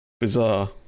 Bizarre